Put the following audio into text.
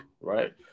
right